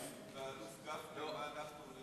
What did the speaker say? האיש שנלחם על עקרונותיו,